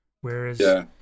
Whereas